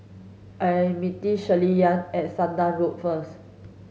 I'm meeting Shirleyann at Sudan Road first